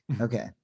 okay